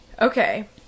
Okay